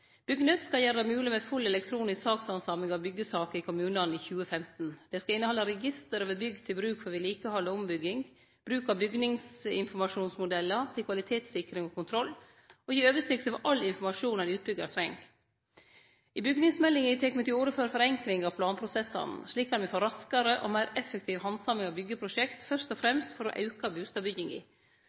ByggNett skal gjere det mogleg med full elektronisk handsaming av byggjesaker i kommunane i 2015. Det skal innehalde register over bygg til bruk for vedlikehald og ombygging, bruk av bygningsinformasjonsmodellar til kvalitetssikring og kontroll, og gi oversikt over all informasjon ein utbyggjar treng. I bygningsmeldinga tek me til orde for forenkling av planprosessane. Slik kan me få raskare og meir effektiv handsaming av byggjeprosjekt, fyrst og fremst for å auke bustadbygginga.